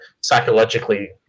psychologically